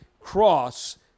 cross